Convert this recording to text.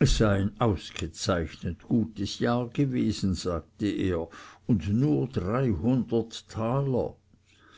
es sei ein ausgezeichnet gutes jahr gewesen sagte er und nur dreihundert taler